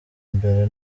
mbere